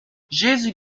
jésus